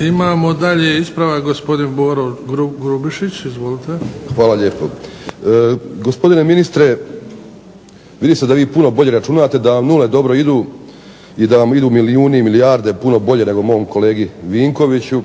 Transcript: Imamo dalje ispravak gospodin Boro Grubišić. Izvolite. **Grubišić, Boro (HDSSB)** Hvala lijepo. Gospodine ministre, vidite se da vi puno bolje računate, da vam nule dobro idu i da vam idu milijuni i milijarde puno bolje nego mom kolegi Vinkoviću.